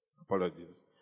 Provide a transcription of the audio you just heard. Apologies